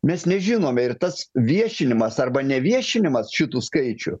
mes nežinome ir tas viešinimas arba neviešinimas šitų skaičių